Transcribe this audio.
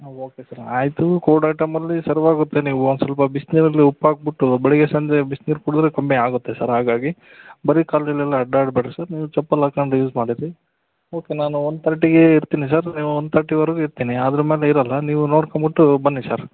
ಹಾಂ okay sir ಆಯಿತು cold ಐಟಮಲ್ಲಿ ಆಗುತ್ತೆ ನೀವು ಒಂದು ಸ್ವಲ್ಪ ಬಿಸಿನೀರಲ್ಲಿ ಉಪ್ಪು ಹಾಕ್ಬುಟ್ಟು ಬೆಳಿಗ್ಗೆ ಸಂಜೆ ಬಿಸ್ನೀರು ಕುಡಿದ್ರೆ ಕಮ್ಮಿ ಆಗುತ್ತೆ ಸರ್ ಹಾಗಾಗಿ ಬರೀ ಕಾಲಲ್ಲೆಲ್ಲ ಅಡ್ಡಾಡ ಬೇಡಿರಿ ಸರ್ ನೀವು ಚಪ್ಪಲಿ ಹಾಕಂಡ್ ಯೂಸ್ ಮಾಡಿ ಸರ್ ಓಕೆ ನಾನು ಒನ್ ತರ್ಟಿಗೆ ಇರ್ತೀನಿ ಸರ್ ನೀವು ಒನ್ ತರ್ಟಿವರೆಗೂ ಇರ್ತೀನಿ ಅದ್ರ ಮೇಲೆ ಇರೋಲ್ಲ ನೀವು ನೋಡ್ಕೊಂಬಿಟ್ಟು ಬನ್ನಿ ಸರ್